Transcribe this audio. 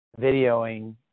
videoing